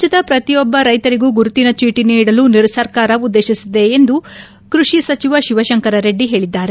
ರಾಜ್ಯದ ಪ್ರತಿಯೊಬ್ಬ ರೈತರಿಗೂ ಗುರುತಿನ ಚೀಟಿ ನೀಡಲು ಸರ್ಕಾರ ಉದ್ದೇಶಿಸಿದೆ ಎಂದು ಕೃಷಿ ಸಚಿವ ಶಿವಶಂಕರ ರೆಡ್ಡಿ ಹೇಳಿದ್ದಾರೆ